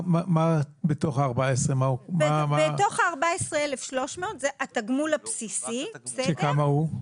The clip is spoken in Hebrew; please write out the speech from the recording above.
בתוך ה-14,300 ₪ כלול התגמול הבסיסי --- כמה הוא?